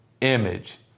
image